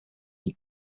than